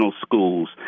schools